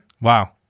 Wow